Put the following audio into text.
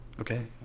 okay